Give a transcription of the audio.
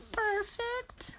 perfect